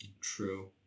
True